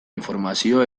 informazio